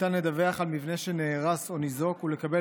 ניתן לדווח על מבנה שנהרס או ניזוק ולקבל